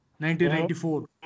1994